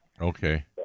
Okay